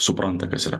supranta kas yra